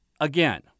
again